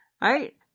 Right